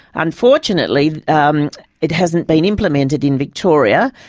unfortunately um it hasn't been implemented in victoria.